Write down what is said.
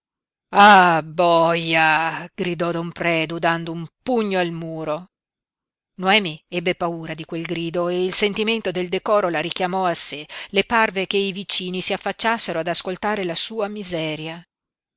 ah boia gridò don predu dando un pugno al muro noemi ebbe paura di quel grido e il sentimento del decoro la richiamò a sé le parve che i vicini si affacciassero ad ascoltare la sua miseria